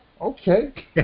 okay